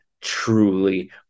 truly